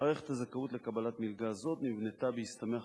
מערכת הזכאות לקבלת מלגה זאת נבנתה בהסתמך